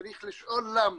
צריך לשאול למה.